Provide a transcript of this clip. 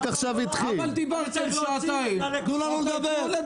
--- תנו לנו לדבר.